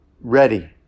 ready